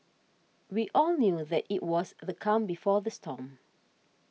we all knew that it was the calm before the storm